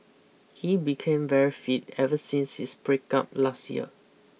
he became very fit ever since his breakup last year